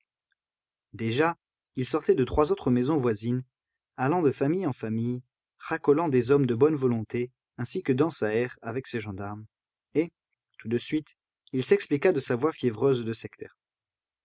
déjà il sortait de trois autres maisons voisines allant de famille en famille racolant des hommes de bonne volonté ainsi que dansaert avec ses gendarmes et tout de suite il s'expliqua de sa voix fiévreuse de sectaire